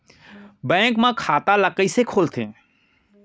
Bank म खाता ल कइसे खोलथे?